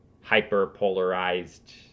hyper-polarized